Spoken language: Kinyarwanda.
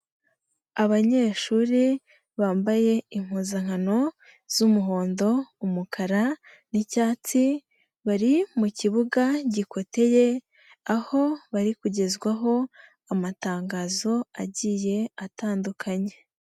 Abanyeshuri bambaye impuzankano z'umuhondo, umukara n'icyatsi, bari mu kibuga gikoteye, aho bari kugezwaho, amatangazo agiye atandukanye.